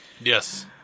Yes